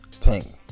tank